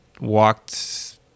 walked